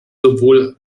sowohl